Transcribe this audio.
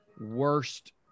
worst